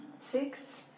Six